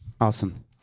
Awesome